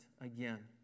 again